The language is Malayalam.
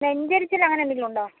നെഞ്ചെരിച്ചിൽ അങ്ങനെ എന്തെങ്കിലും ഉണ്ടോ